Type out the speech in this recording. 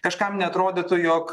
kažkam neatrodytų jog